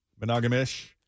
Monogamish